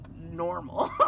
Normal